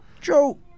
Joe